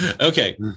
okay